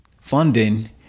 funding